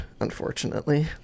Unfortunately